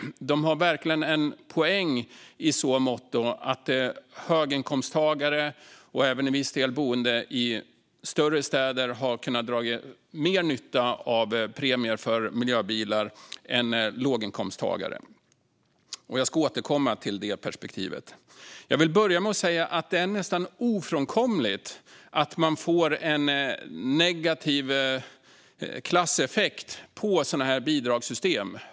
De har verkligen en poäng i så måtto att höginkomsttagare - och även till viss del boende i större städer - har kunnat dra mer nytta av premier för miljöbilar än låginkomsttagare. Jag ska återkomma till det perspektivet. Det är nästan ofrånkomligt att man får en negativ klasseffekt av sådana här bidragssystem.